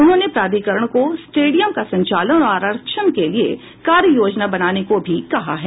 उन्होंने प्राधिकरण को स्टेडियम का संचालन और आरक्षण के लिये कार्य योजना बनाने को भी कहा है